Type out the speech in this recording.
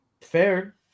Fair